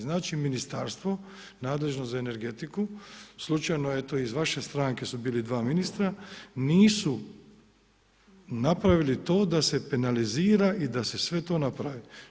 Znači Ministarstvo nadležno za energetiku slučajno eto iz vaše stranke su bili 2 ministra nisu napravili to da se penalizira i da se sve to napravi.